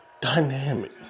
dynamic